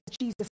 Jesus